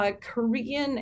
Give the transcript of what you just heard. Korean